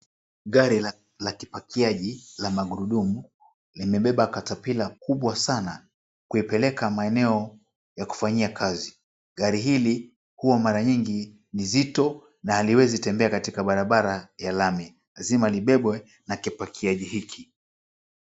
Gari la kipakiaji la magurudumu limebeba caterpillar kubwa sana kuipeleka maeneo ya kufanyia kazi. Gari hili huwa mara nyingi ni zito na haliwezi tembea katika barabara ya lami lazima libebwe na kipakiaji hiki.